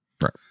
Right